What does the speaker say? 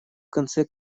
конце